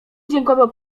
dziękował